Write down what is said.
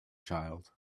child